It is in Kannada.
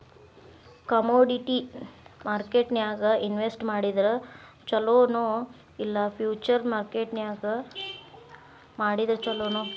ಕಾಮೊಡಿಟಿ ಮಾರ್ಕೆಟ್ನ್ಯಾಗ್ ಇನ್ವೆಸ್ಟ್ ಮಾಡಿದ್ರ ಛೊಲೊ ನೊ ಇಲ್ಲಾ ಫ್ಯುಚರ್ ಮಾರ್ಕೆಟ್ ನ್ಯಾಗ್ ಮಾಡಿದ್ರ ಛಲೊನೊ?